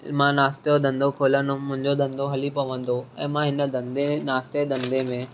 मां नाश्ते जो धंधो खोलंदुमि मुंहिंजो धंधो हली पवंदो ऐं मां हिन धंधे नाश्ते धंधे में